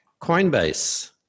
coinbase